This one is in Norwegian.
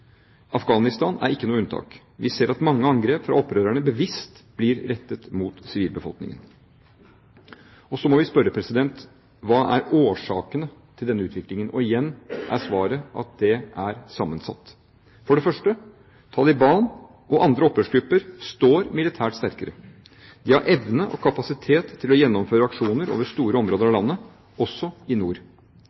Afghanistan er ikke noe unntak. Vi ser at mange angrep fra opprørerne bevisst blir rettet mot sivilbefolkningen. Så må vi spørre: Hva er årsakene til denne utviklingen? Igjen er svaret: De er sammensatte. For det første: Taliban og andre opprørsgrupper står militært sterkere. De har evne og kapasitet til å gjennomføre aksjoner over store områder av landet, også i nord.